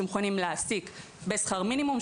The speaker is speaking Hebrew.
שמוכנים להעסיק בשכר מינימום.